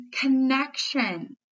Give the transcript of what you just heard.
connection